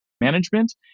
management